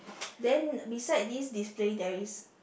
then beside this display there is